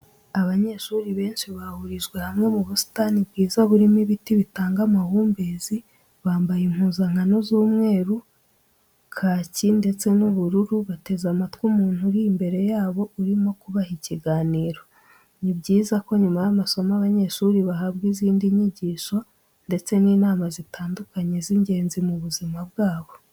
Abanyeshuri benshi bahurijwe hamwe mu busitani bwiza burimo ibiti bitanga amahumbezi bambaye impuzankano z'umweru, kaki ndetse n'ubururu bateze amatwi umuntu uri imbere yabo urimo kubaha ikiganiro. Ni byiza ko nyuma y'amasomo abanyeshuri bahabwa izindi nyigisho ndetse n'inama zitandukanye z'ingenzi mu buzima bwabo.